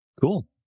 cool